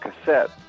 cassette